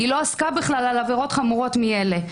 היא לא עסקה בכלל בעבירות חמורות מאלה.